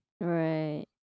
Right